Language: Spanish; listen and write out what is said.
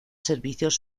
servicios